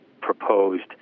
proposed